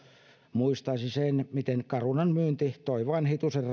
muistaisi sen miten carunan myynti toi vain hitusen